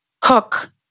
cook